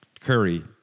curry